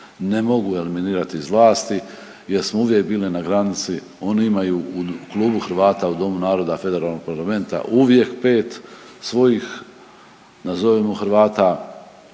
ne mogu eliminirati iz vlasti jer smo uvijek bili na granici, oni imaju u klubu Hrvata u Domu naroda Federalnog parlamenta uvijek 5 svojih, nazovimo Hrvata,